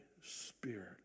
Spirit